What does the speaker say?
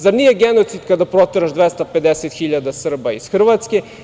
Zar nije genocid kada proteraš 250.000 Srba iz Hrvatske?